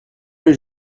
lieu